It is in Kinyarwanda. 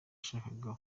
yashakaga